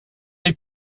les